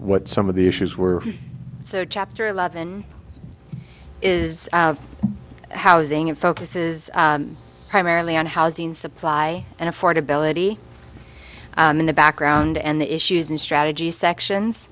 what some of the issues were so chapter eleven is housing and focuses primarily on housing supply and affordability in the background and the issues and strategy sections